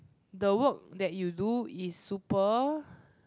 the work that you do is super